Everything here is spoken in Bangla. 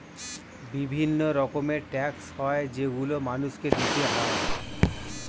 বিভিন্ন রকমের ট্যাক্স হয় যেগুলো মানুষকে দিতে হয়